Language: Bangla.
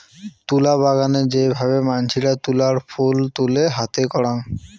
তুলা বাগানে যে ভাবে মানসিরা তুলার ফুল তুলে হাতে করাং